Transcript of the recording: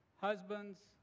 Husbands